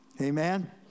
Amen